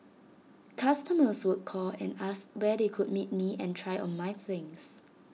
customers would call and ask where they could meet me and try on my things